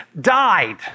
died